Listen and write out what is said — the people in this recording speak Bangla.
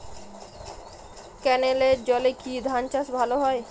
ক্যেনেলের জলে কি ধানচাষ ভালো হয়?